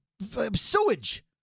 sewage